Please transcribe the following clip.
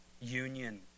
union